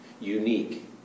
unique